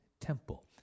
temple